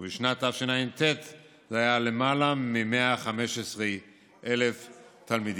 ובשנת תשע"ט זה היה למעלה מ-115,000 תלמידים.